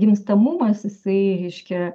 gimstamumas jisai reiškia